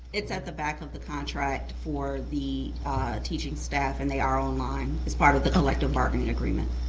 it's at the back of the contract for the teaching staff and they are online. it's part of the collective bargaining agreement.